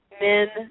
men